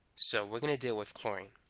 so we're gonna deal with chlorine